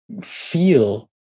feel